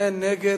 אין נגד.